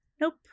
Nope